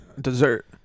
Dessert